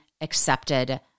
accepted